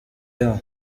yaho